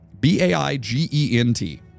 B-A-I-G-E-N-T